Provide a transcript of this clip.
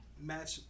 match